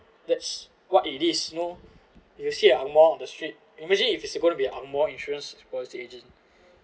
that's what it is you know you see angmoh on the street imagine if he's gonna be angmoh insurance was the agent